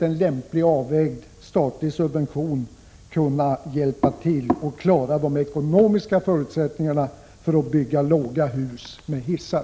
En lämpligt avvägd statlig subvention bör för övrigt kunna bidra till de ekonomiska förutsättningarna för byggande av låga hus med hissar.